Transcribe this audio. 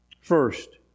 First